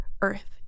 Earth